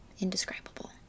indescribable